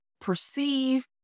perceive